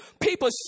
People